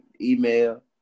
email